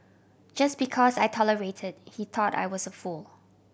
just because I tolerated he thought I was a fool